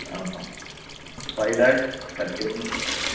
five dash thirty one